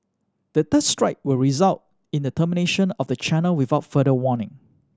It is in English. the third strike will result in the termination of the channel without further warning